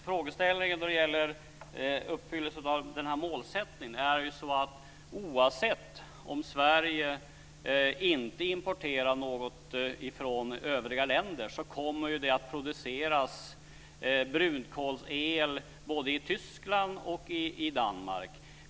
Fru talman! Det frågades om uppfyllelsen och målsättningen här. Även om Sverige inte importerar något från övriga länder kommer det att produceras brunkolsel både i Tyskland och i Danmark.